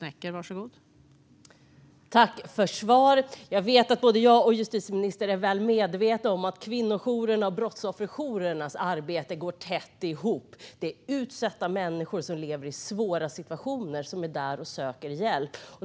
Fru talman! Tack för svaret! Jag vet att både jag och justitieministern är väl medvetna om att kvinnojourernas och brottsofferjourernas arbete går tätt ihop. Det är utsatta människor som lever i svåra situationer som är där och söker hjälp.